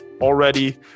already